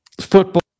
Football